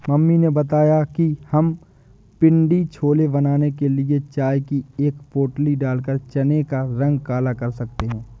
mummy ने बताया कि हम पिण्डी छोले बनाने के लिए चाय की एक पोटली डालकर चने का रंग काला कर सकते हैं